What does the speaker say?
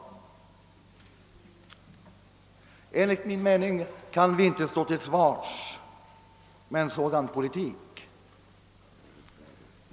Enligt min mening kan vi inte stå till svars för en sådan politik.